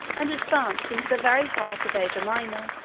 and advanced into the very heart of asia minor.